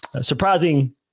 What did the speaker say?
surprising